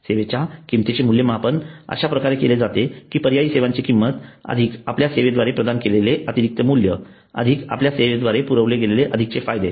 सेवेच्या किमतीचे मूल्यमापन अशा प्रकारे केले जाते की पर्यायी सेवांची किंमत अधिक आपल्या सेवेद्वारे प्रदान केलेले अतिरिक्त मूल्य अधिक आपल्या सेवेद्वारे पुरविले गेलेले अधिकचे फायदे